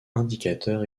indicateur